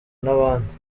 n’abandi